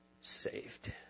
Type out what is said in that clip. saved